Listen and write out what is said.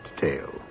tale